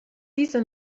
diese